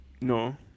No